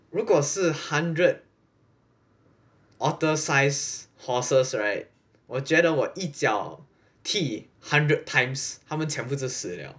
如果是 hundred otter size horses right 我觉得我一脚踢 hundred times 他们全部就死了